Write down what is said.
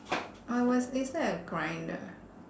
I was inside a grinder